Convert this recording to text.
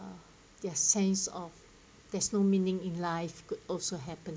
their sense of there's no meaning in life could also happen